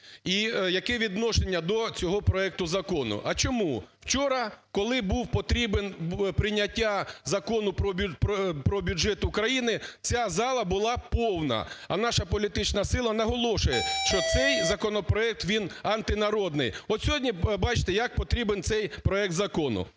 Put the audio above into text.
І яке відношення до цього проекту закону. А чому? Вчора, коли був потрібен прийняття Закону про бюджет України, ця зала була повна, а наша політична сила наголошує, що цей законопроект він антинародний. От сьогодні, бачите, як потрібен цей проект закону?